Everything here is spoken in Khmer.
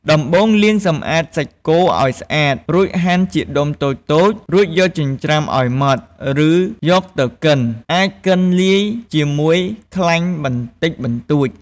ដំបូង លាងសម្អាតសាច់គោឱ្យស្អាត រួចហាន់ជាដុំតូចៗ រួចយកចិញ្ច្រាំឱ្យម៉ដ្ឋ ឬយកទៅកិន អាចកិនលាយជាមួយខ្លាញ់បន្តិចបន្តួច។